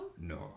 No